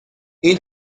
این